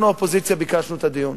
אנחנו האופוזיציה ביקשנו את הדיון,